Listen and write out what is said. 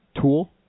tool